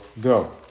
go